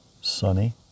sunny